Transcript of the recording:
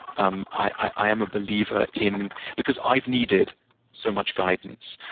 um i am a believer in because i've needed so much guidance.